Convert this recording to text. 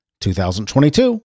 2022